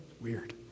Weird